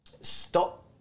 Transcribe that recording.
stop